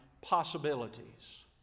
possibilities